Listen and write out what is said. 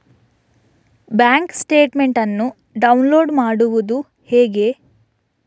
Bank statement ಅನ್ನು download ಮಾಡುವುದು ಹೇಗೆ?